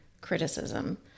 criticism